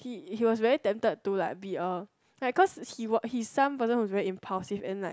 he he was very tempted to like be a like cause he he's some person who is very impulsive and like